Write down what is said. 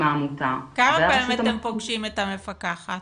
העמותה --- כמה פעמים אתם פוגשים את המפקחת?